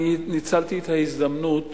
אני ניצלתי את ההזדמנות